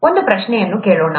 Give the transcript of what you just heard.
ಒಂದು ಪ್ರಶ್ನೆಯನ್ನು ಕೇಳೋಣ